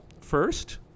first